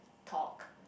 talk